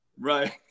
Right